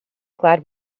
glad